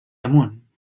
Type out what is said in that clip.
amunt